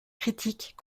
critiques